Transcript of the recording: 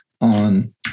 on